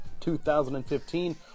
2015